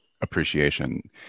appreciation